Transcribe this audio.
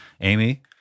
Amy